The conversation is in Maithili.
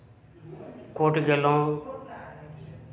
कोर्ट गेलहुँ